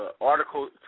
article